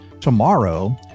Tomorrow